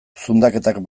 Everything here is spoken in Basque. zundaketak